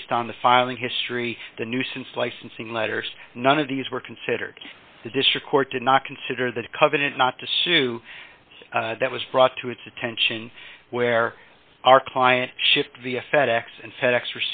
based on the filing history the nuisance licensing letters none of these were considered the district court did not consider that covenant not to sue that was brought to its attention where our client shift via fed ex and fed ex